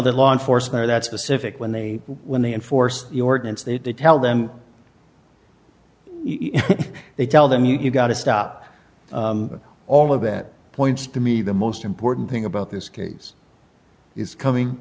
that law enforcement that specific when they when they enforce the ordinance they tell them they tell them you've got to stop all of that points to me the most important thing about this case is coming